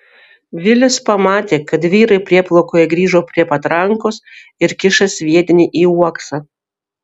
vilis pamatė kad vyrai prieplaukoje grįžo prie patrankos ir kiša sviedinį į uoksą